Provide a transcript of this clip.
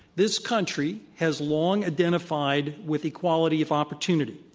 this country has long identified with equality of opportunity.